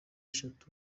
isabwa